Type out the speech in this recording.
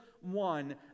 one